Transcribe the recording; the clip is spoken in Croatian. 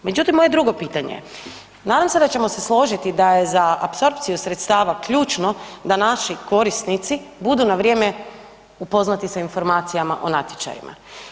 Međutim, moje drugo pitanje, nadam se da ćemo složiti da je za apsorpciju sredstava ključno da naši korisnici budu na vrijeme upoznati sa informacijama o natječajima.